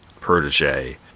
protege